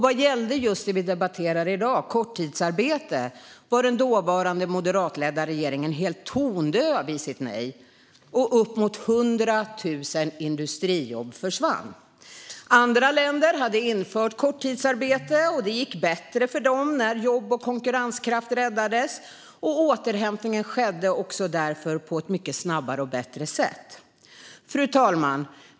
Vad gäller just det vi debatterar i dag, nämligen stöd vid korttidsarbete, var den dåvarande moderatledda regeringen helt tondöv i sitt nej, och uppemot 100 000 industrijobb försvann. Andra länder hade infört stöd vid korttidsarbete, och det gick bättre för dem när jobb och konkurrenskraft räddades och återhämtningen därför skedde på ett snabbare och bättre sätt. Fru talman!